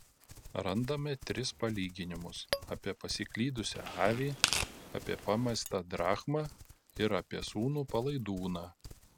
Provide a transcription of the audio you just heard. randame tris palyginimus apie pasiklydusią avį apie pamestą drachmą ir apie sūnų palaidūną